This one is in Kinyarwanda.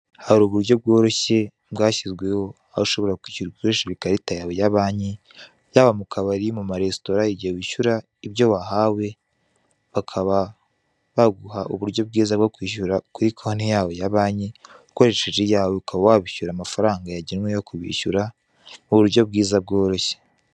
Hari uburyo bworoshye bwashyizweho aho ushobora kwishyura ukoresheje ikarita yawe ya banki, yaba mu kabari, mu ma resitora igihe wishyura, ibyo wahawe, bakaba baguha uburyo bwo kwishyura kuri konti yabo ya banki ukoresheje iyawe ukaba wabishyura amafaranga yagenwe yo kwishyura mu buryo bwiza bworoshye.